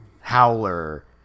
howler